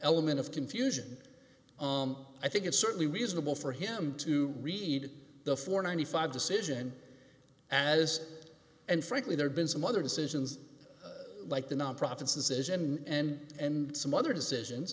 element of confusion on i think it's certainly reasonable for him to read the four ninety five decision as and frankly there's been some other decisions like the non profits decision and and some other decisions